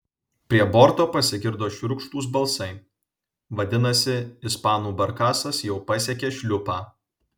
prie borto pasigirdo šiurkštūs balsai vadinasi ispanų barkasas jau pasiekė šliupą